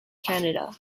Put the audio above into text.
canada